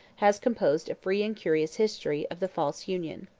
has composed a free and curious history of the false union.